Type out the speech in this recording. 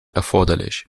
erforderlich